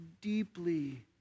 deeply